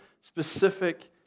specific